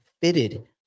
fitted